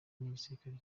n’igisirikare